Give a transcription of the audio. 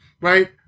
right